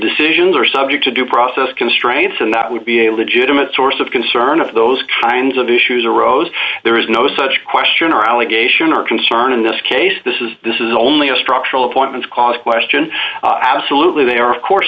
decisions are subject to due process constraints and that would be able to jim a source of concern of those kinds of issues arose there is no such question or allegation or concern in this case this is this is only a structural appointments cost question absolutely they are of course